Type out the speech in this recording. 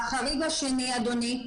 החריג השני, אדוני.